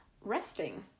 resting